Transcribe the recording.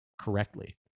correctly